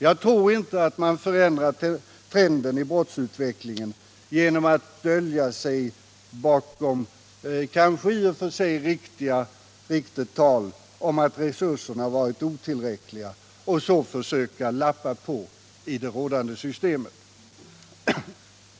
Jag tror inte att man förändrar trenden i brottsutvecklingen genom att dölja sig bakom ett kanske i och för sig riktigt tal om att resurerna varit otillräckliga och så försöka lappa på i det rådande systemet.